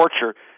torture